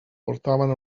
portaven